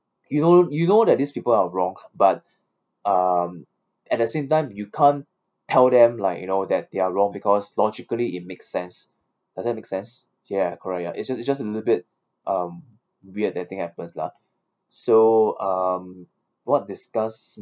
you know you know that these people are wrong but um at the same time you can't tell them like you know that they are wrong because logically it makes sense doesn't make sense ya correct ya it's just just a little bit um weird that thing happens lah so um what disgust